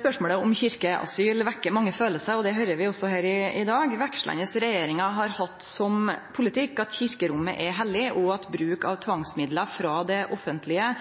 Spørsmålet om kyrkjeasyl vekkjer mange følelsar, og det høyrer vi også her i dag. Vekslande regjeringar har hatt som politikk at kyrkjerommet er heilagt, og at bruk av tvangsmiddel frå det offentlege